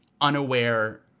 unaware